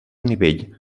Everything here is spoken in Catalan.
nivell